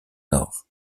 nord